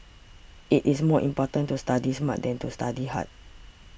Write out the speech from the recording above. it is more important to study smart than to study hard